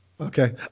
Okay